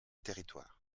territoires